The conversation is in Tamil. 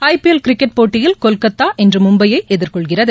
ஜபிஎல் கிரிக்கெட் போட்டியில் கொல்கத்தா இன்று மும்பையை எதிர்கொள்கிறது